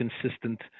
consistent